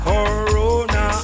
Corona